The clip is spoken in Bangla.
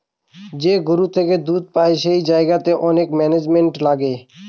যে গরু থেকে দুধ পাই সেই জায়গাতে অনেক ম্যানেজমেন্ট লাগে